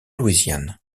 louisiane